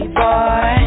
boy